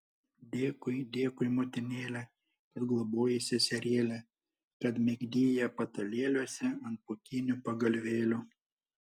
dėkui dėkui motinėle kad globojai seserėlę kad migdei ją patalėliuose ant pūkinių pagalvėlių